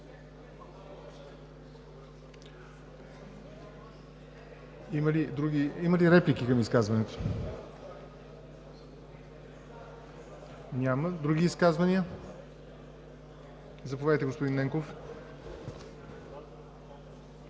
Има ли реплики към изказването? Няма. Други изказвания? Заповядайте, господин Ненков.